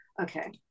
okay